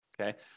okay